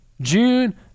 June